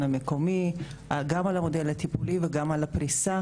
המקומי גם על המודל הטיפולי וגם על הפריסה.